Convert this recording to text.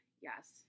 Yes